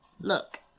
Look